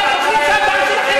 זאת הייתה התעלמות מהסבל של,